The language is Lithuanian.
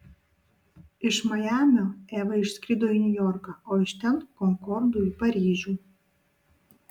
iš majamio eva išskrido į niujorką o iš ten konkordu į paryžių